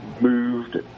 moved